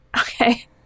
Okay